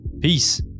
Peace